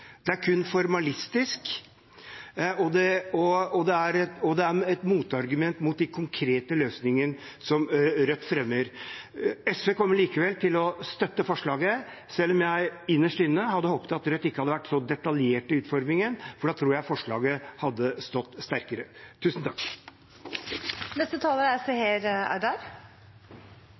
er et motargument mot de konkrete løsningene som Rødt fremmer. SV kommer likevel til å støtte forslaget, selv om jeg innerst inne hadde håpet at Rødt ikke hadde vært så detaljert i utformingen, for da tror jeg forslaget hadde stått sterkere.